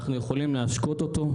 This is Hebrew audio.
אנחנו יכולים להשקות אותו,